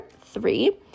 three